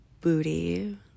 booty